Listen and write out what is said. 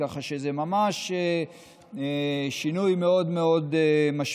ככה שזה ממש שינוי מאוד מאוד משמעותי.